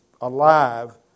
alive